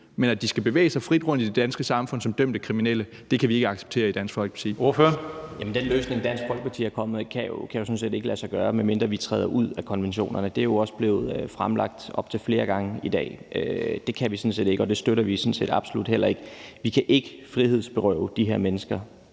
Men at de skal bevæge sig frit rundt i det danske samfund som dømte kriminelle, kan vi ikke acceptere i Dansk Folkeparti. Kl. 14:15 Tredje næstformand (Karsten Hønge): Ordføreren. Kl. 14:15 Mohammad Rona (M): Jamen den løsning, Dansk Folkeparti er kommet med, kan jo sådan set ikke lade sig gøre, medmindre vi træder ud af konventionerne. Det er jo også blevet fremlagt op til flere gange i dag. Det kan vi sådan set ikke, og det støtter vi absolut heller ikke. Vi kan ikke frihedsberøve de her mennesker.